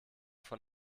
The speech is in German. von